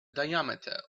diameter